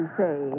say